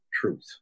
truth